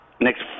next